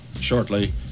shortly